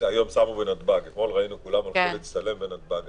אתמול שמו בנתב"ג ואתמול ראינו שכולם הלכו להצטלם בנתב"ג.